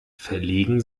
verlegen